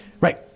Right